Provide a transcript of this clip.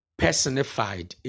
personified